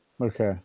Okay